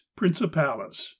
principalis